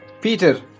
Peter